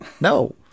No